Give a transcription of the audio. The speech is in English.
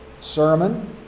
sermon